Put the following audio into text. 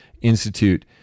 Institute